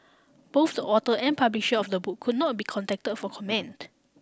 both the author and publisher of the book could not be contacted for comment